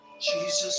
Jesus